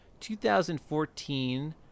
2014